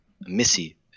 Missy